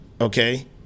Okay